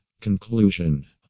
Conclusion